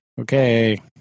Okay